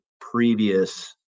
previous